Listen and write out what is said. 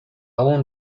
اون